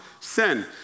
sin